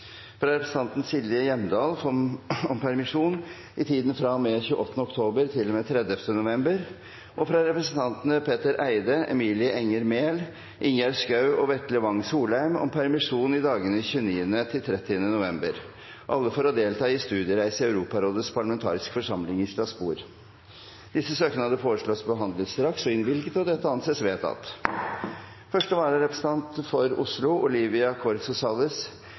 fra representanten Silje Hjemdal om permisjon i tiden fra og med 28. november til og med 30. november og fra representantene Petter Eide , Emilie Enger Mehl , Ingjerd Schou og Vetle Wang Soleim om permisjon i dagene 29. og 30. november – alle for å delta i studiereise til Europarådets parlamentariske forsamling til Strasbourg Disse søknader foreslås behandlet straks og innvilget. – Det anses vedtatt. Første vararepresentant for Oslo,